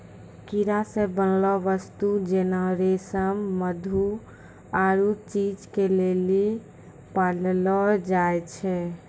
कीड़ा से बनलो वस्तु जेना रेशम मधु आरु चीज के लेली पाललो जाय छै